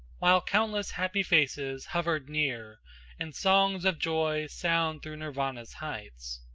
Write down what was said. while countless happy faces hovered near and song's of joy sound through nirvana's heights.